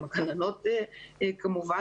גם הגננות כמובן,